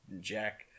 Jack